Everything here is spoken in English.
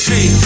Hey